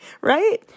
Right